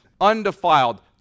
undefiled